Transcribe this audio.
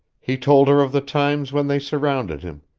he told her of the times when they surrounded him,